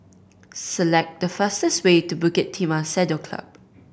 select the fastest way to Bukit Timah Saddle Club